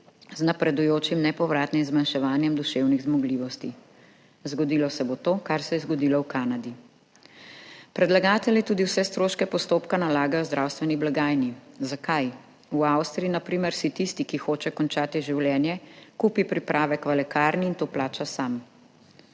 z napredujočim nepovratnim zmanjševanjem duševnih zmogljivosti. Zgodilo se bo to, kar se je zgodilo v Kanadi. Predlagatelji tudi vse stroške postopka nalagajo zdravstveni blagajni. Zakaj? V Avstriji, na primer, si tisti, ki hoče končati življenje, kupi pripravek v lekarni in to plača sam.